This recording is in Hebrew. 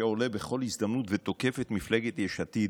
שעולה בכל להזדמנות ותוקף את מפלגת יש עתיד.